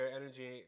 energy